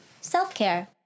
Self-care